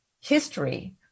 history